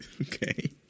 Okay